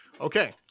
Okay